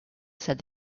said